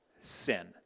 sin